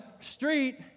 street